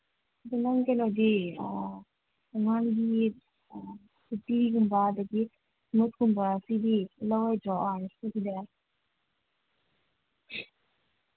ꯑꯗ ꯅꯪ ꯀꯩꯅꯣꯗꯤ ꯑꯉꯥꯡꯒꯤ ꯐ꯭ꯔꯨꯠꯇꯤꯒꯨꯝꯕ ꯑꯗꯒꯤ ꯏꯁꯃꯨꯠꯀꯨꯝꯕ ꯁꯤꯗꯤ ꯂꯧꯔꯣꯏꯗ꯭ꯔꯣ ꯑꯣ ꯑꯥꯔ ꯑꯦꯁꯀꯁꯤꯡꯁꯦ